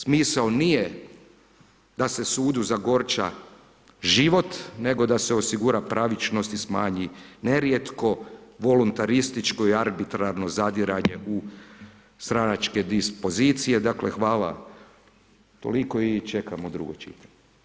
Smisao nije da se sudu zagorča život nego d se osigura pravičnost i smanji nerijetko voluntarističko i arbitrarno zadiranje u stranačke dispozicije, dakle hvala toliko i čekamo drugo čitanje.